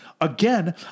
again